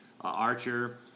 Archer